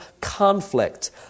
conflict